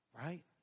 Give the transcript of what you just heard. right